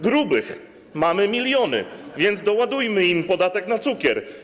Grubych mamy miliony, więc doładujmy im podatek na cukier.